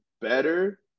better